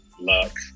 luck